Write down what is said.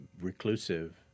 reclusive